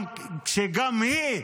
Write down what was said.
גם היא,